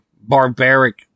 barbaric